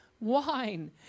wine